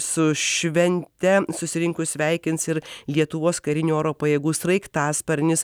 su švente susirinkus sveikins ir lietuvos karinių oro pajėgų sraigtasparnis